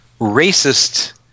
racist